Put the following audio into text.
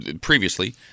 previously